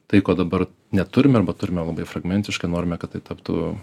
tai ko dabar neturim arba turime labai fragmentiškai norime kad tai taptų